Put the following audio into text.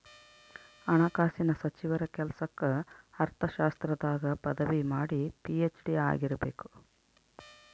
ಹಣಕಾಸಿನ ಸಚಿವರ ಕೆಲ್ಸಕ್ಕ ಅರ್ಥಶಾಸ್ತ್ರದಾಗ ಪದವಿ ಮಾಡಿ ಪಿ.ಹೆಚ್.ಡಿ ಆಗಿರಬೇಕು